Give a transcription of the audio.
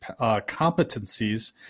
competencies